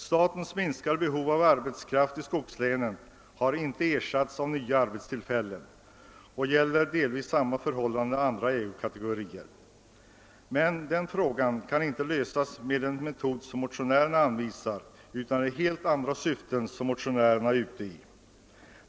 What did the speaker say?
Statens minskade behov av arbetskraft i skogslänen har emellertid inte kompenserats med nya arbetstillfällen. Detsamma gäller delvis för andra ägarekategorier. Men frågan kan inte lösas med den metod som motionärerna anvisar. Det är också något helt annat motionärerna är ute efter.